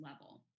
level